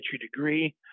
degree